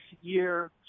year